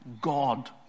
God